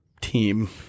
team